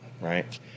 right